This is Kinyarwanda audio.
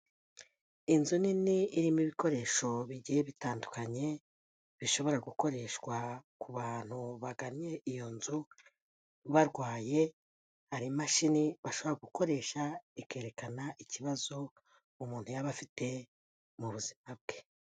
Inzu nini irimo ibikoresho bigiye bitandukanye, bishobora gukoreshwa ku bantu bagannye iyo nzu barwaye, hari imashini bashobora gukoresha ikerekana ikibazo umuntu yaba afite mu buzima bwe.